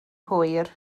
hwyr